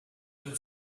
will